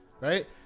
right